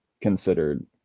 considered